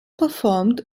performed